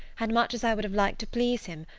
and, much as i would have liked to please him,